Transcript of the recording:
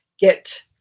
get